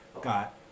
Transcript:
got